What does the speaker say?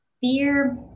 fear